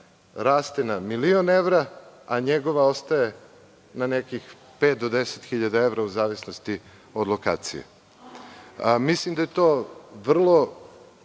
raste na milion evra, a njegova ostaje na nekih 5.000 do 10.000 evra, u zavisnosti od lokacije. Mislim da je to vrlo